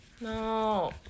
No